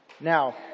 Now